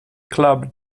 club